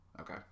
Okay